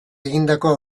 egindako